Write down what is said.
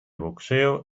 boxeo